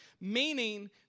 meaning